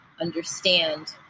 understand